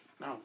No